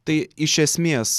tai iš esmės